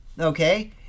okay